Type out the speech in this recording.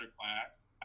class